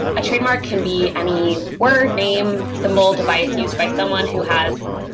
a trademark can be any word, name, symbol, device used by someone who has,